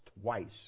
twice